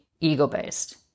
ego-based